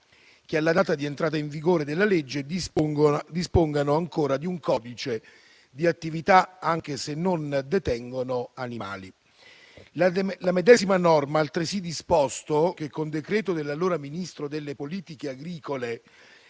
che alla data di entrata in vigore della legge dispongono ancora di un codice di attività, anche se non detengono animali. La medesima norma ha altresì disposto che, con decreto dell'allora Ministro delle politiche agricole,